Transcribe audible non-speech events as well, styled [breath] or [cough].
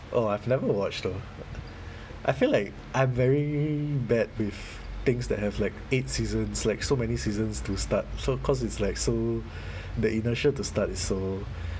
oh I've never watch though I feel like I'm very bad with things that have like eight seasons like so many seasons to start so cause it's like so [breath] the inertia to start is so